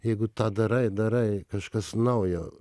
jeigu tą darai darai kažkas naujo